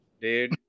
dude